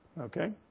Okay